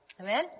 Amen